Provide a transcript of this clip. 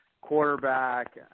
quarterback